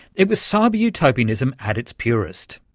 it was cyber-utopianism at its purest.